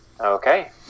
Okay